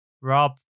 Rob